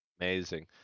Amazing